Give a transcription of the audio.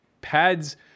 pads